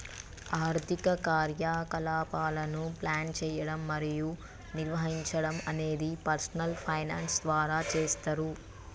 ఆర్థిక కార్యకలాపాలను ప్లాన్ చేయడం మరియు నిర్వహించడం అనేది పర్సనల్ ఫైనాన్స్ ద్వారా చేస్తరు